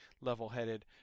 level-headed